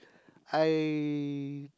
I